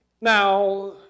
Now